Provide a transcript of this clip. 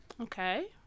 Okay